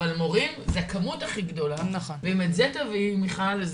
אבל מורים זה הכמות הכי גדולה ואם את זה תביאי מיכל,